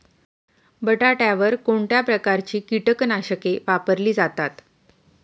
बटाट्यावर कोणत्या प्रकारची कीटकनाशके वापरली जातात?